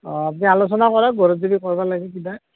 অঁ আপুনি আলোচনা কৰক ঘৰত যদি কৰবা লাগে কিবা